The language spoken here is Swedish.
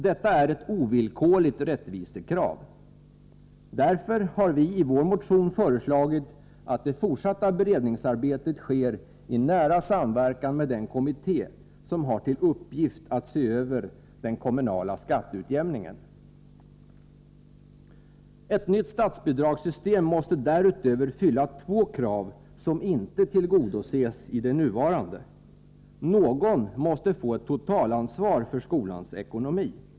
Detta är ett ovillkorligt rättvisekrav. Därför har vi i vår motion föreslagit att det fortsatta beredningsarbetet skall ske i nära samverkan med den kommitté som har till uppgift att se över den kommunala skatteutjämningen. Ett nytt statsbidragssystem måste därutöver fylla två krav, som inte tillgodoses i det nuvarande. Någon måste få ett totalansvar för skolans ekonomi.